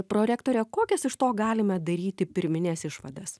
prorektore kokias iš to galime daryti pirmines išvadas